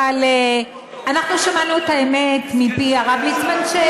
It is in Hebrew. אבל אנחנו שמענו את האמת מפי הרב ליצמן.